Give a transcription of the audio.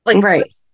Right